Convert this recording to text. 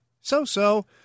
so-so